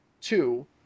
two